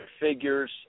figures